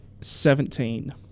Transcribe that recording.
Seventeen